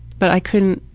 but i couldn't,